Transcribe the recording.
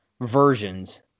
versions